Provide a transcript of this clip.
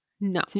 No